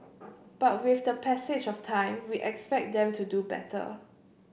but with the passage of time we expect them to do better